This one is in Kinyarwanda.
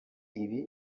ibi